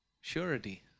surety